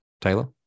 Taylor